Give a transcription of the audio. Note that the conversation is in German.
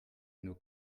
nur